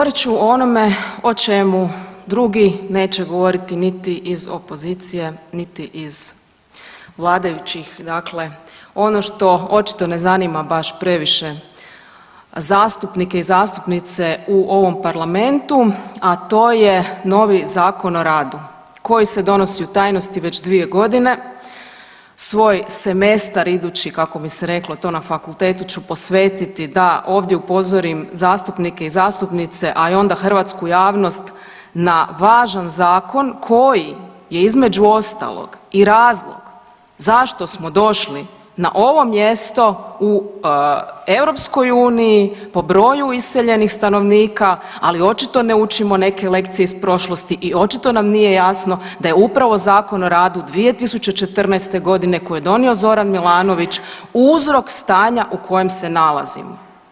Govorit ću o onome o čemu drugi neće govoriti niti iz opozicije, niti iz vladajućih, dakle ono što očito ne zanima baš previše zastupnike i zastupnice u ovom Parlamentu, a to je novi Zakon o radu koji se donosi u tajnosti već dvije godine svoj semestar idući kako bi se reklo to na fakultetu ću posvetiti da ovdje upozorim zastupnike i zastupnice, a onda i hrvatsku javnost na važan zakon koji je između ostalog i razlog zašto smo došli na ovo mjesto u EU po broju iseljenih stanovnika, ali očito ne učimo neke lekcije iz prošlosti i očito nam nije jasno da je upravo Zakon o radu 2014.g. koji je donio Zoran Milanović uzrok stanja u kojem se nalazimo.